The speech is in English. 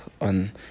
on